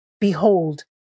Behold